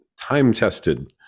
time-tested